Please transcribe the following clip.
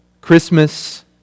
Christmas